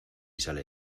sale